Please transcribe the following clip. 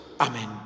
amen